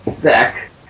Zach